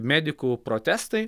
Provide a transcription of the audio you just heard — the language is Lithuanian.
medikų protestai